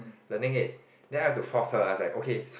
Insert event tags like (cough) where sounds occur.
learning it then I have to force her I was like okay (noise)